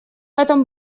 этом